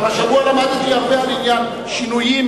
אבל השבוע למדתי הרבה על עניין שינויים,